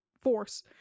force